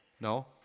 No